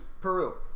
Peru